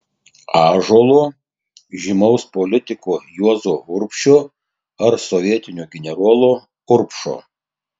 ąžuolo žymaus politiko juozo urbšio ar sovietinio generolo urbšo